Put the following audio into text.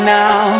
now